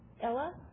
Ella